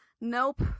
Nope